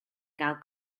gael